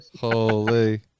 Holy